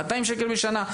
200 שקלים בשנה.